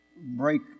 break